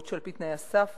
בעוד שעל-פי תנאי הסף,